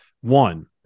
One